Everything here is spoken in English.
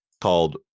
called